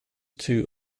two